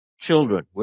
children